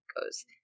goes